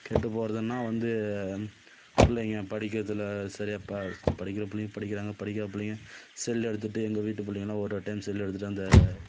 கெட்டு போகிறதுன்னா வந்து பிள்ளைங்க படிக்கிறதில் சரியா படிக்கிற பிள்ளைங்க படிக்கிறாங்க படிக்காத பிள்ளைங்க செல்லு எடுத்துட்டு எங்கள் வீட்டு பிள்ளைங்கலாம் ஒரு ஒரு டைம் செல்லு எடுத்துட்டு அந்த